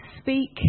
speak